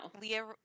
Leah